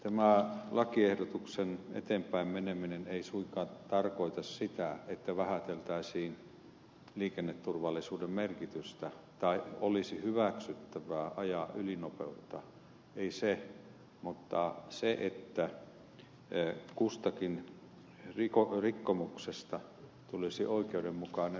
tämän lakiehdotuksen eteenpäinmeneminen ei suinkaan tarkoita sitä että vähäteltäisiin liikenneturvallisuuden merkitystä tai olisi hyväksyttävää ajaa ylinopeutta ei sitä vaan sitä että kustakin rikkomuksesta tulisi oikeudenmukainen rangaistus